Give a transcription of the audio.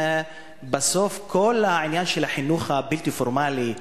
בסוף כל העניין של החינוך הבלתי פורמלי,